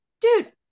Dude